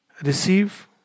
Receive